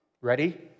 Ready